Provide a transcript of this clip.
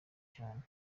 cane